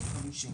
אני